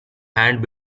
hand